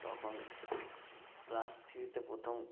তখন ক্লাস থ্রিতে প্রথম